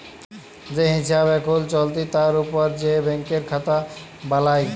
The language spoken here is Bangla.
যে হিছাব এখুল চলতি তার উপর যে ব্যাংকের খাতা বালাই